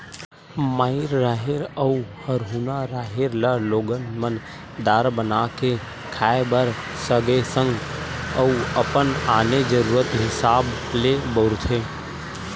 माई राहेर अउ हरूना राहेर ल लोगन मन दार बना के खाय बर सगे संग अउ अपन आने जरुरत हिसाब ले बउरथे